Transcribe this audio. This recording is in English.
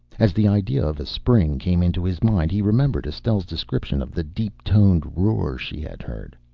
as the idea of a spring came into his mind, he remembered estelle's description of the deep-toned roar she had heard.